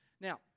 Now